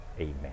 Amen